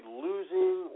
losing